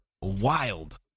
wild